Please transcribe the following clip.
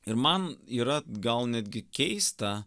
ir man yra gal netgi keista